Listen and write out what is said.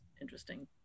interesting